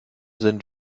sind